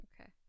Okay